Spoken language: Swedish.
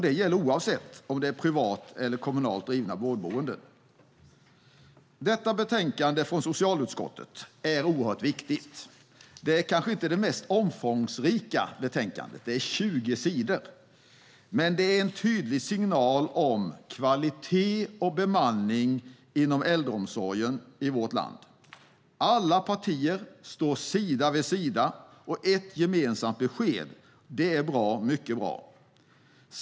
Det gäller oavsett om det är privat eller kommunalt drivna vårdboenden. Detta betänkande från socialutskottet är oerhört viktigt. Det är kanske inte det mest omfångsrika betänkandet - det är 20 sidor långt - men det är en tydlig signal om kvalitet och bemanning inom äldreomsorgen i vårt land. Alla partier står sida vid sida och ger ett gemensamt besked. Det är bra - mycket bra.